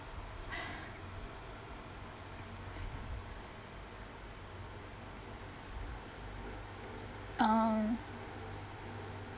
um